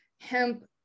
hemp